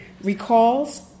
recalls